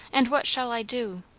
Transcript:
and what shall i do?